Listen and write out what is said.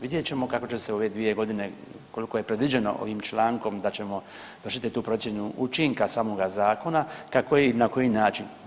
Vidjet ćemo kako će se ove dvije godine koliko je predviđeno ovim člankom da ćemo vršiti tu procjenu učinka samoga zakona kako je i na koji način.